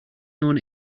known